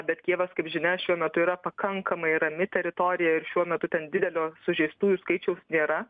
bet kijevas kaip žinia šiuo metu yra pakankamai rami teritorija ir šiuo metu ten didelio sužeistųjų skaičiaus nėra